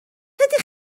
ydych